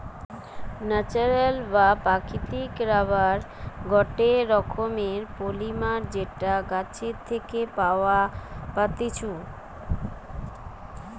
natural বা প্রাকৃতিক rubber গটে রকমের পলিমার যেটা গাছের থেকে পাওয়া পাত্তিছু